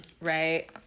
Right